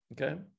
okay